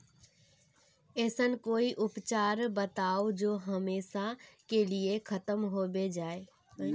ऐसन कोई उपचार बताऊं जो हमेशा के लिए खत्म होबे जाए?